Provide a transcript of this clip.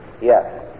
Yes